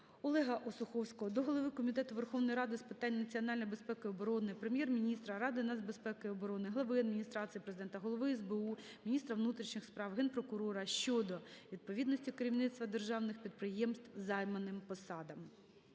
Олега Осуховського до голови Комітету Верховної Ради з питань національної безпеки і оборони, Прем'єр-міністра, Ради нацбезпеки і оборони, Глави Адміністрації Президента, Голови СБУ, міністра внутрішніх справ, Генпрокурора щодо відповідності керівництва державних підприємств займаним посадам.